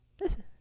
Listen